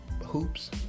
Hoops